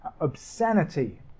obscenity